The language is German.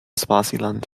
swasiland